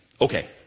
Okay